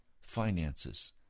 finances